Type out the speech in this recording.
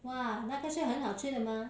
!wah! 那个是很好吃的吗